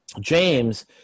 James